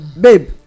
Babe